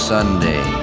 Sunday